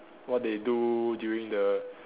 what they do during the